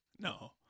No